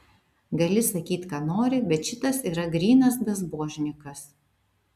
gali sakyt ką nori bet šitas yra grynas bezbožnikas